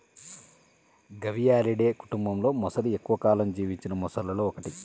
గవియాలిడే కుటుంబంలోమొసలి ఎక్కువ కాలం జీవించిన మొసళ్లలో ఒకటి